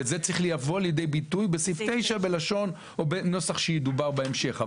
וזה צריך לבוא לידי ביטוי בסעיף 9 בלשון או בנוסח שידובר בהמשך.